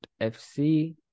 FC